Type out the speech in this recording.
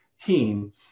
team